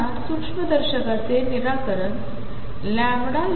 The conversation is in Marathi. आतासूक्ष्मदर्शकाचेनिराकरणlighta